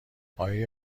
آیا